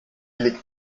liegt